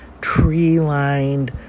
tree-lined